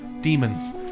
demons